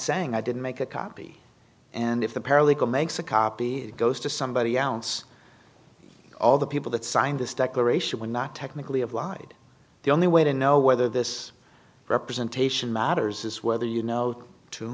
saying i didn't make a copy and if the paralegal makes a copy it goes to somebody else all the people that signed this declaration would not technically have lied the only way to know whether this representation matters is whether you know to